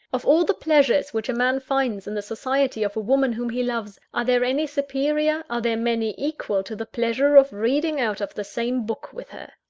of all the pleasures which a man finds in the society of a woman whom he loves, are there any superior, are there many equal, to the pleasure of reading out of the same book with her?